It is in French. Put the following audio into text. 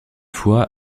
fois